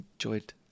enjoyed